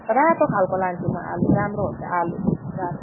रातो खालको लान्छु म आलु राम्रो हुन्छ आलु रातो